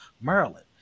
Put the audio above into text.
Maryland